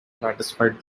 satisfied